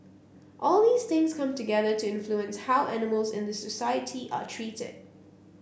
all these things come together to influence how animals in the society are treated